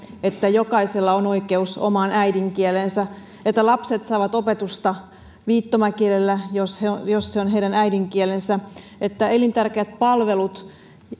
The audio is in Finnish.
että jokaisella on oikeus omaan äidinkieleensä että lapset saavat opetusta viittomakielellä jos se on heidän äidinkielensä että elintärkeät palvelut